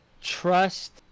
trust